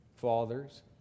fathers